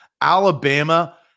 Alabama